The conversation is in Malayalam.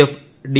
F D